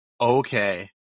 Okay